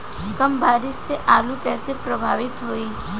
कम बारिस से आलू कइसे प्रभावित होयी?